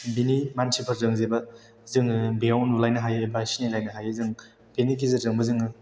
बेनि मानसिफोरजों जोङो बेयाव नुलायनो हायो एबा सिनायलायनो हायो जों बिनि गेजेरजोंबो जोङो